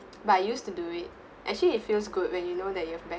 but I used to do it actually it feels good when you know that you have